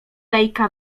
lejka